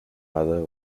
mother